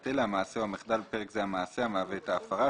את אלה: המעשה או המחדל (בפרק זה המעשה) המהווה את ההפרה.